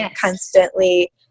constantly